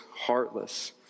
heartless